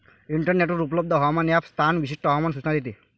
इंटरनेटवर उपलब्ध हवामान ॲप स्थान विशिष्ट हवामान सूचना देते